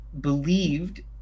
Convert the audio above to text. believed